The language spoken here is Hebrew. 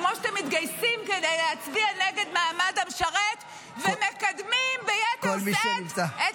כמו שאתם מתגייסים כדי להצביע נגד מעמד המשרת ומקדמים ביתר שאת את